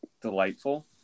Delightful